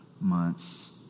months